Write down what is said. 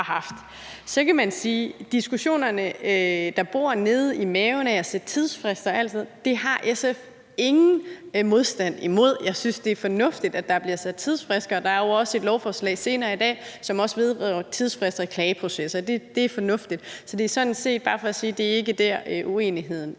Så kan jeg om de diskussioner, der bor nede i maven, om altid at sætte tidsfrister, at det har SF ingen modstand imod. Jeg synes, det er fornuftigt, at der bliver sat tidsfrister, og der er jo også et lovforslag senere i dag, som vedrører tidsfrister og klageprocesser. Det er fornuftigt. Så det er sådan set bare for at sige, at det ikke er der, uenigheden